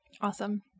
Awesome